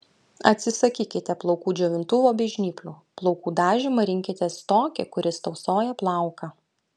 atsisakykite plaukų džiovintuvo bei žnyplių plaukų dažymą rinkitės tokį kuris tausoja plauką